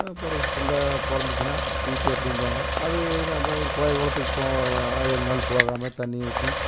பிறவு பிள்ள பிறந்துச்சின்னா தீட்டு அப்படிம்பாங்க அது நம்ப ஒரு கோயில் குலத்துக்கு போ ஆறு ஏழு நாள் போகாம தண்ணி ஊற்றி